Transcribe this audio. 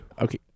Okay